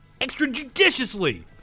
extrajudiciously